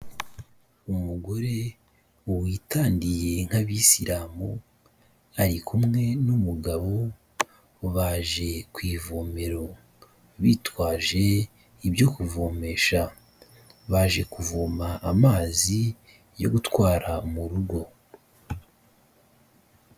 Umugore witandiye nk'abisilamu ari kumwe n'umugabo baje ku ivomero bitwaje ibyo kuvomesha, baje kuvoma amazi yo gutwara mu rugo.